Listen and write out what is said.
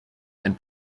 and